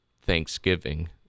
Thanksgiving